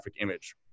image